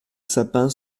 sapin